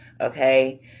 Okay